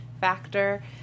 factor